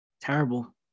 Terrible